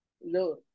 no